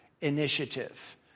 initiative